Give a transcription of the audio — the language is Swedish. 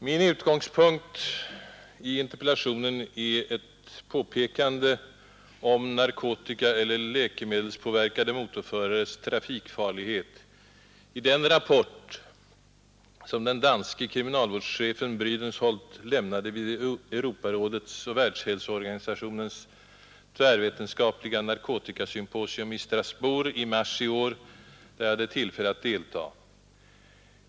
Min utgångspunkt i interpellationen är ett påpekande om narkotikaeller läkemedelspåverkade motorförares trafikfarlighet i den rapport, som den danske kriminalchefen Brydensholt lämnade vid Europarådets och Världshälsoorganisationens tvärvetenskapliga narkotikasymposium i Strasbourg i mars i år, där jag hade tillfälle att delta.